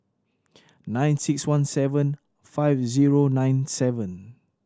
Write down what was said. nine six one seven five zero nine seven